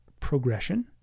progression